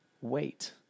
wait